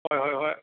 ꯍꯣꯏ ꯍꯣꯏ ꯍꯣꯏ